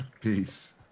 Peace